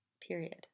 period